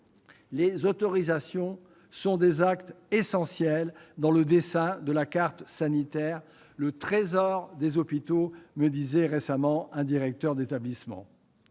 Les autorisations sont des actes essentiels dans le dessin de la carte sanitaire, « le trésor des hôpitaux » me disait un directeur d'établissement.